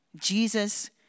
Jesus